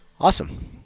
awesome